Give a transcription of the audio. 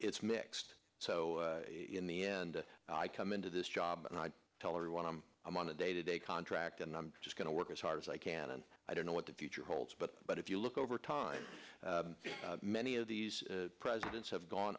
it's mixed so in the end i come into this job and i tell everyone i'm i'm on a day to day contract and i'm just going to work as hard as i can and i don't know what the future holds but but if you look over time many of these presidents have gone